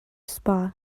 spa